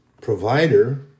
provider